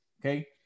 Okay